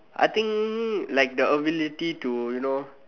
I think like the ability to you know